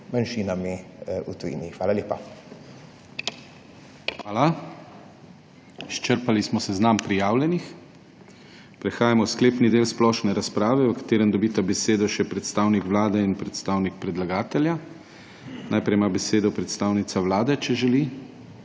DANIJEL KRIVEC: Hvala. Izčrpali smo seznam prijavljenih. Prehajamo v sklepni del splošne razprave, v katerem dobita besedo še predstavnik Vlade in predstavnik predlagatelja. Najprej ima besedo predstavnica Vlade. Izvolite.